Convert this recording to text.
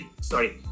sorry